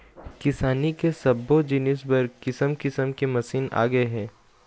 किसानी के सब्बो जिनिस बर किसम किसम के मसीन आगे हे